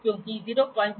उपलब्धता काफी अधिक है